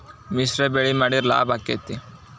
ಮಿಶ್ರ ಬೆಳಿ ಮಾಡಿದ್ರ ಲಾಭ ಆಕ್ಕೆತಿ?